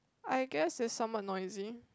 I guess is somewhat noisy